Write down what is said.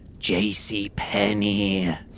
JCPenney